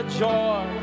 joy